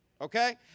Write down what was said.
Okay